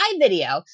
video